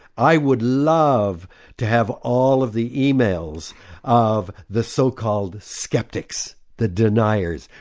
i would love to have all of the emails of the so-called sceptics, the deniers.